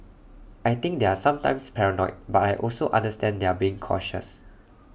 I think they're sometimes paranoid but I also understand they're being cautious